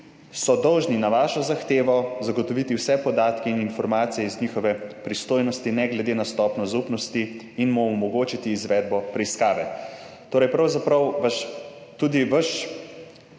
dolžni na vašo zahtevo zagotoviti vse podatke in informacije v njihovi pristojnosti, ne glede na stopnjo zaupnosti, in vam omogočiti izvedbo preiskave. Pravzaprav tudi vaš